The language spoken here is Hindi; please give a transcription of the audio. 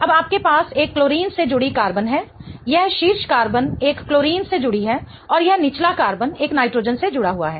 अब आपके पास एक क्लोरीन से जुड़ी कार्बन है यह शीर्ष कार्बन एक क्लोरीन से जुड़ी है और यह निचला कार्बन एक नाइट्रोजन से जुड़ा हुआ है